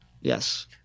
Yes